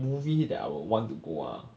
movie that I would want to go ah